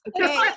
Okay